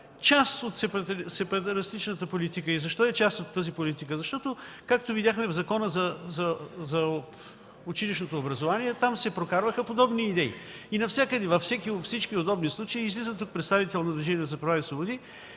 част от сепаратистката политика. Защо е част от тази политика? – Защото, както видяхме в Закона за училищното образование се прокарват подобни идеи. Навсякъде и във всички удобни случаи излиза представител на Движението за права и свободи